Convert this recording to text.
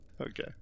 Okay